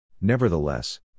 Nevertheless